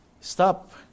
Stop